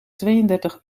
tweeëndertig